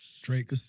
Drake